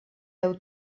heu